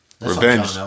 Revenge